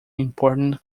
important